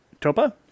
Topa